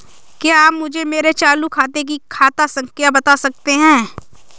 क्या आप मुझे मेरे चालू खाते की खाता संख्या बता सकते हैं?